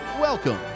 welcome